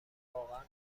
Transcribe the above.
واقعا